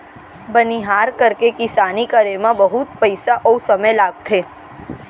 बनिहार करके किसानी करे म बहुत पइसा अउ समय लागथे